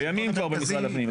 קיימים כבר במשרד הפנים.